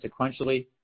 sequentially